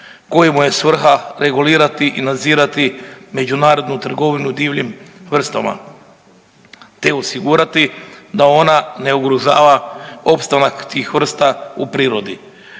kojemu je svrha regulirati i nadzirati međunarodnu trgovinu divljim vrstama, te osigurati da ona ne ugrožava opstanak tih vrsta u prirodi.